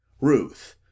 Ruth